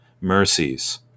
mercies